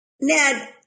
Ned